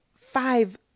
five